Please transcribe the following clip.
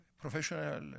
Professional